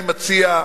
אני מציע,